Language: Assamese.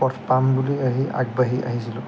পথ পাম বুলি আহি আগবাঢ়ি আহিছিলোঁ